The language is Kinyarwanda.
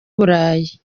burayi